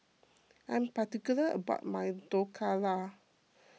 I am particular about my Dhokla